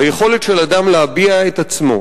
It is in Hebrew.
ביכולת של אדם להביע את עצמו,